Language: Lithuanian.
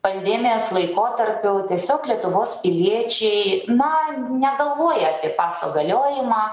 pandemijas laikotarpiu tiesiog lietuvos piliečiai na negalvoja apie paso galiojimą